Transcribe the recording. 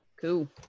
Cool